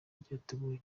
ryateguwe